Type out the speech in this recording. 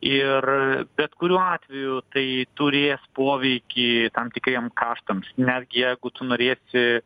ir bet kuriuo atveju tai turės poveikį tam tikriem kaštams netgi jeigu tu norėsi